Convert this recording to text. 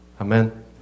amen